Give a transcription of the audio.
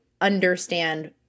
understand